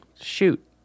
shoot